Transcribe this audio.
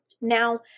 Now